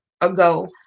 ago